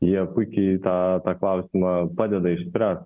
jie puikiai tą tą klausimą padeda išspręst